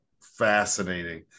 fascinating